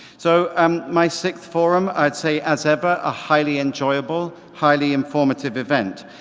so um my sixth forum, i'd say as ever a highly enjoyable, highly informative event.